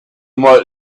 might